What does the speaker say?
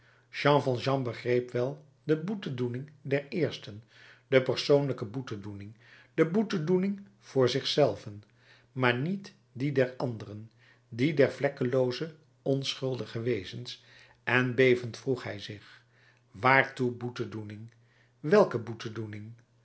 jean valjean begreep wel de boetedoening der eersten de persoonlijke boetedoening de boetedoening voor zich zelven maar niet die der anderen die der vlekkelooze onschuldige wezens en bevend vroeg hij zich waartoe boetedoening welke boetedoening